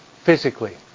physically